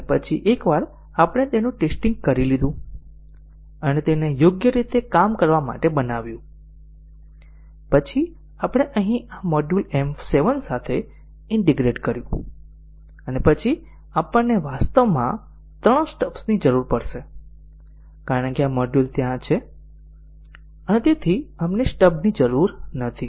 અને પછી એકવાર આપણે તેનું ટેસ્ટીંગ કરી લીધું અને તેને યોગ્ય રીતે કામ કરવા માટે બનાવ્યું પછી આપણે અહીં આ મોડ્યુલ M 7 સાથે ઈન્ટીગ્રેટ કર્યું અને પછી આપણને વાસ્તવમાં ત્રણ સ્ટબ્સની જરૂર પડશે કારણ કે આ મોડ્યુલ ત્યાં છે અને આપણને સ્ટબની જરૂર નથી